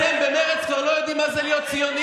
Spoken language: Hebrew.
אתם במרצ כבר לא יודעים מה זה להיות ציונים.